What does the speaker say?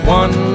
one